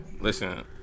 Listen